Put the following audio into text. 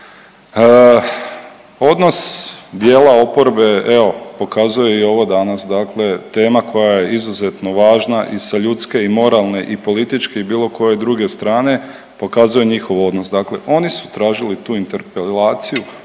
Odnos dijela oporbe evo pokazuje i ovo danas, dakle tema koja je izuzetno važna i sa ljudske i moralne i političke i bilo koje druge strane pokazuje njihov odnos. Dakle, oni su tražili tu interpelaciju,